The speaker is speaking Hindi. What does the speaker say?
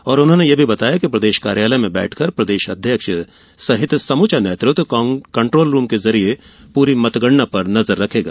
सभी को इस बात की जानकारी दी गई कि प्रदेश कार्यालय में बैठकर प्रदेश अध्यक्ष सहित समूचा नेतृत्व कंट्रोल रूम के जरिए पूरी मतगणना पर नजर रखेगा